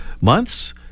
months